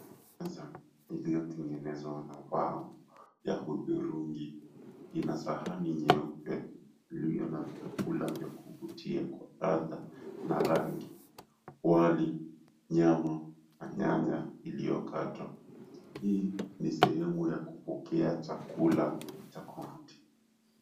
Meza iliyotengenezwa na bao ya hudhurungi ina sahani nyeupe iliyo na vyakula vya kuvutia kwa ladha na rangi. Wali, nyama na nyanya iliyokatwa. Hii ni sehemu ya kupokea chakula cha kuvutia.